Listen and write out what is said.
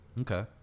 Okay